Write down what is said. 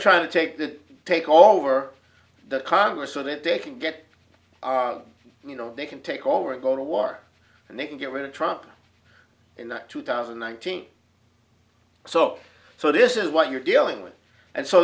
trying to take that take all over the congress so that they can get you know they can take over and go to war and they can get rid of trump in the two thousand and nineteen so so this is what you're dealing with and so